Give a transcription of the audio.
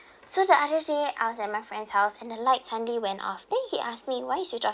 so the other day I was at my friend's house and the light suddenly went off then he asked me why switched off